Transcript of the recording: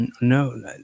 no